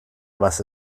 was